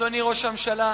אדוני ראש הממשלה,